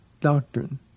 doctrine